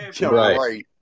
Right